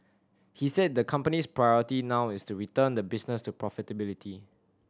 he said the company's priority now is to return the business to profitability